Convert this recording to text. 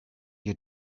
you